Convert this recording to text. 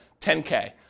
10K